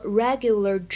regular